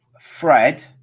Fred